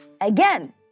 again